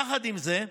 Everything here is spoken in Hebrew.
יחד עם זה,